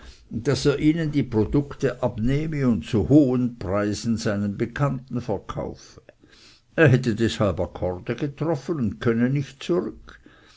daß er ihnen die produkte abnehme und zu hohen preisen seinen bekannten verkaufe er hätte deshalb akkorde getroffen und könne nicht zurück